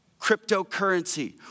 cryptocurrency